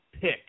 pick